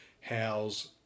house